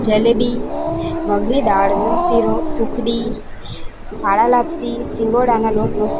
જલેબી મગની દાળનો શિરો સુખડી ફાડા લાપસી સિંગોડાના લોટનો શિ